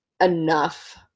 enough